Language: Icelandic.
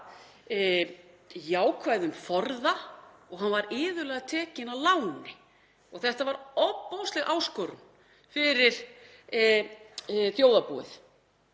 jákvæðum forða og hann var iðulega tekinn að láni og þetta var ofboðsleg áskorun fyrir þjóðarbúið.